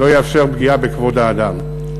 לא אאפשר פגיעה בכבוד האדם.